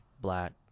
black